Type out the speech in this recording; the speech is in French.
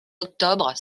octobre